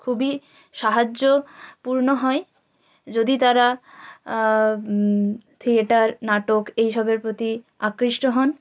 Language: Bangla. খুবই সাহায্য পূর্ণ হয় যদি তারা থিয়েটার নাটক এইসবের প্রতি আকৃষ্ট হন